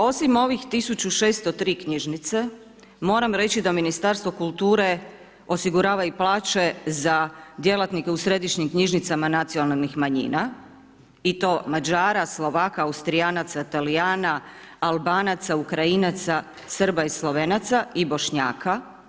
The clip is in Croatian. Osim ovih 1603 knjižnice, moram reći da Ministarstvo kulture, osigurava i plaće za djelatnike središnjih knjižnica nacionalnih manjina i to Mađara, Slovaka, Austrijanaca, Talijana, Albanaca, Ukrajinaca, Srba i Slovenaca i Bošnjaka.